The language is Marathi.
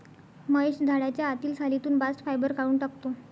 महेश झाडाच्या आतील सालीतून बास्ट फायबर काढून टाकतो